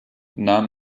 nahm